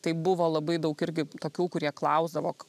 tai buvo labai daug irgi tokių kurie klausdavo